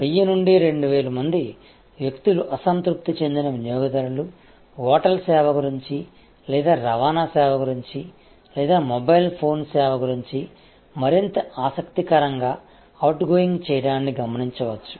అంటే 1000 నుండి 2000 మంది వ్యక్తులు అసంతృప్తి చెందిన వినియోగదారులు హోటల్ సేవ గురించి లేదా రవాణా సేవ గురించి లేదా మొబైల్ ఫోన్ సేవ గురించి మరింత ఆసక్తికరంగా అవుట్గోయింగ్ చేయడాన్ని గమనించవచ్చు